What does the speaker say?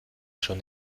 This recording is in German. schon